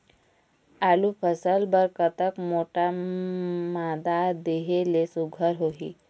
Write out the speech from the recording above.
आलू फसल बर कतक मोटा मादा देहे ले सुघ्घर होही?